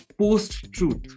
post-truth